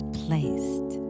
placed